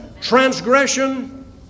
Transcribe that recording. Transgression